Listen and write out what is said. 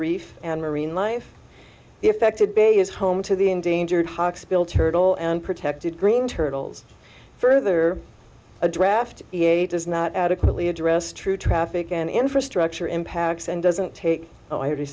reef and marine life effected bay is home to the endangered hawksbill turtle and protected green turtles further a draft in eight does not adequately address true traffic and infrastructure impacts and doesn't take